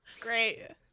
Great